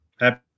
happy